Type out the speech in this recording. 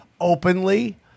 openly